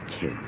kid